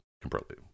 completely